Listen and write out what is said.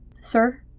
Sir